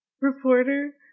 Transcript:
reporter